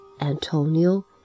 Antonio